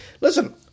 Listen